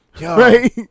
right